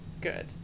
Good